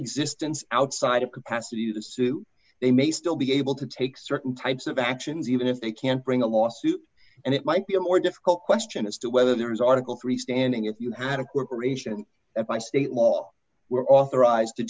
existence outside of capacity to sue they may still be able to take certain types of actions even if they can't bring a lawsuit and it might be a more difficult question as to whether there was article three standing if you had a corporation by state law were authorized to